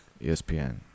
ESPN